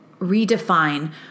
redefine